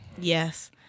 Yes